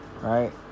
right